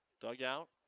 dugout